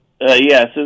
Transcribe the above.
Yes